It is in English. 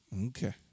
Okay